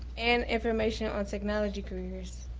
and information on technology careers.